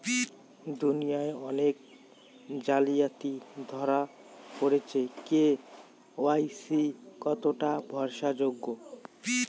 দুনিয়ায় অনেক জালিয়াতি ধরা পরেছে কে.ওয়াই.সি কতোটা ভরসা যোগ্য?